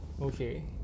okay